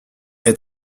est